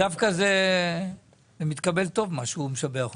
זה מתקבל טוב מה שהוא משבח אותך.